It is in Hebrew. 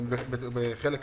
זה חלק מזה,